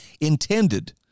intended